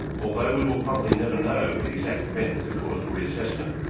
although we will probably never know the exact event that caused the reassessment,